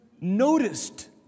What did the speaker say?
noticed